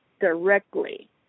directly